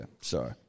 Sorry